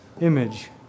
image